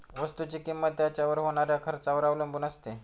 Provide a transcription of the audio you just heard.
वस्तुची किंमत त्याच्यावर होणाऱ्या खर्चावर अवलंबून असते